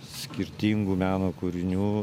skirtingų meno kūrinių